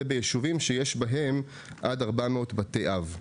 וביישובים שיש בהם עד 400 בתי אב.